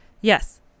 Yes